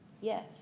Yes